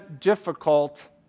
difficult